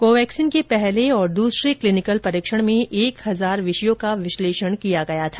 Covaxin के पहले और दूसरे क्लीनिकल परीक्षण में एक हजार विषयों का विश्लेषण किया गया था